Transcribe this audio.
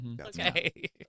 Okay